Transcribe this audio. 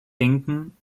denken